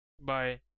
Bye